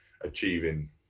achieving